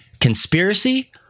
conspiracy